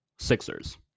Sixers